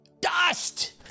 dust